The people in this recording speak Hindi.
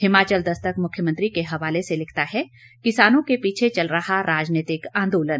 हिमाचल दस्तक मुख्यमंत्री के हवाले से लिखता है किसानों के पीछे चल रहा राजनीतिक आंदोलन